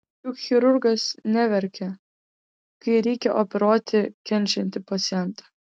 juk chirurgas neverkia kai reikia operuoti kenčiantį pacientą